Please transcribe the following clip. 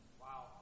Wow